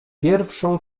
pierwszą